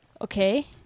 okay